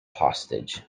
hostage